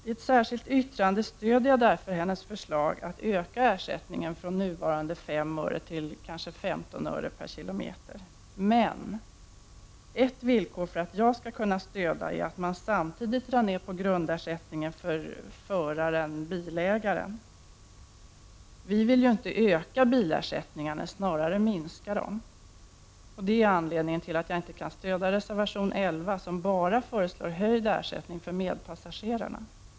I ett särskilt yttrande instämmer jag i syftet med hennes förslag att öka ersättningen från nuvarande fem öre till kanske 15 öre per kilometer, men ett villkor för att jag skall kunna stödja förslaget är att man samtidigt drar ner på grundersättningen för föraren/bilägaren. Vi vill inte öka bilersättningarna, snarare minska dem. Det är anledningen till att jag inte kan stödja reservation 11, som bara föreslår höjd ersättning för medpassagerarna.